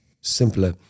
simpler